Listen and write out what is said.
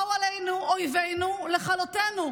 באו עלינו אויבינו לכלותנו.